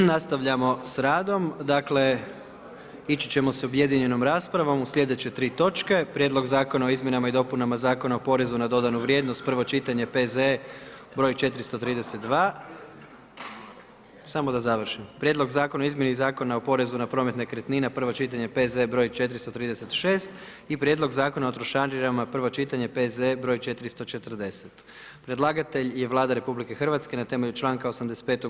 Nastavljamo s radom, dakle, ići ćemo s objedinjenom raspravom u sljedeće tri točke: - Prijedlog Zakona o izmjenama i dopunama Zakona porezu na dodanu vrijednost, prvo čitanje, P.Z.E. br. 432 - Prijedlog Zakona o izmjeni Zakona o porezu na promet nekretnina, prvo čitanje, P.Z. br. 436 - Prijedlog Zakona o trošarinama, prvo čitanje, P.Z.E.br. 440 Predlagatelj je Vlada Republike Hrvatske na temelju čl. 85.